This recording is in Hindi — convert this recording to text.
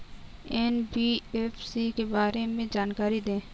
एन.बी.एफ.सी के बारे में जानकारी दें?